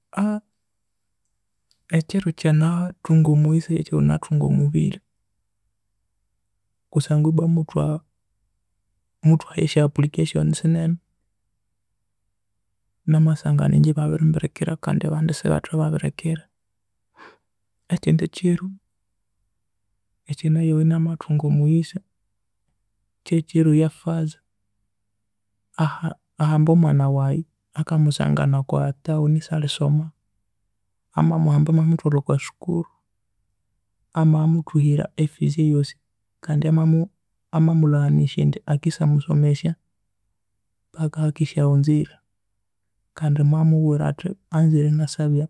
Ekiro kya na- thunga omugisa kyekiro nathunga omubiri kusangwa ibwa muthwa muthwahayo esya application sinene namasangalha ingye ebabirinibirikira kundi abandi esibathababirikira ekindi kiro ekyanaowa inamathunga omughisa kyekiro eya father ahamba ahamba omwana waghe aka musangana okwa town esyalhisoma ama muhamba amamuthwalha okwa sukuru amaya muthuhira e fees eyoosi kandi akisa musomesya paka ahikisaghunzira kandi mwamubwira athi anzire enasabya